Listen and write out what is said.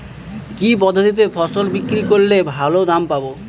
কি পদ্ধতিতে ফসল বিক্রি করলে ভালো দাম পাব?